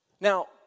Now